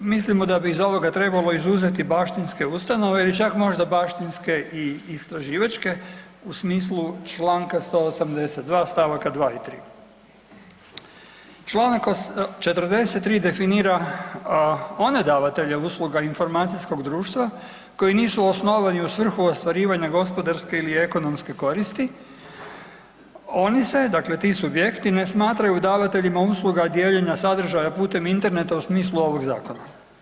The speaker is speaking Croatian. Mislimo da bi iz ovoga trebalo izuzeti baštinske ustanove ili čak možda baštinske i istraživačke u smislu čl. 182 st. 2 i 3. Čl. 43 definira one davatelje usluga informacijskog društva koji nisu osnovani u svrhu ostvarivanja gospodarske ili ekonomske koristi, oni se, dakle ti subjekti ne smatraju davateljima usluga dijeljenja sadržaja putem interneta u smislu ovog zakona.